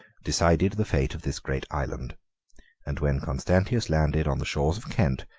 decided the fate of this great island and when constantius landed on the shores of kent,